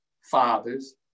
fathers